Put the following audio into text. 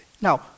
Now